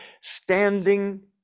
standing